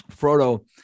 frodo